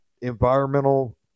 environmental